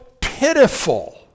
pitiful